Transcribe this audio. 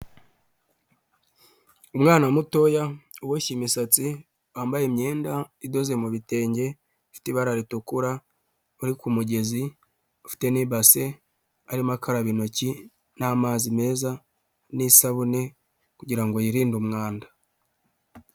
Umwana muto uboshye imisatsi wambaye imyenda idoze mu bitenge ifite ibara ritukura uri ku mugezi ufite n'ibase arimo akaraba intoki n'amazi meza n'isabune kugira ngo yirinde umwanda.